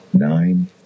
Nine